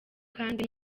kandi